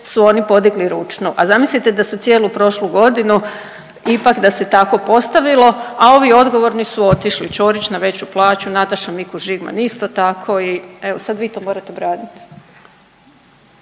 su oni podigli ručnu. A zamislite da su cijelu prošlu godinu ipak da se tako postavilo, a ovi odgovorni su otišli Ćorić na veću plaću, Nataša Mikuš Žigman isto tako i evo sad vi to morate braniti.